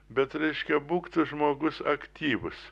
bet reiškia būk žmogus aktyvus